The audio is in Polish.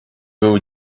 był